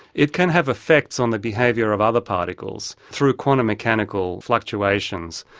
it can have effects on the behaviour of other particles through quantum mechanical fluctuations,